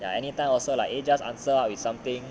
ya anytime also like eh just answer out with something